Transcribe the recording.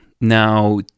Now